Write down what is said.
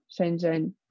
Shenzhen